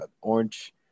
orange